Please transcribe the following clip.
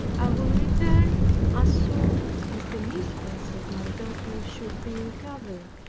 would return as soon as the mistress of my daughter should be recovered.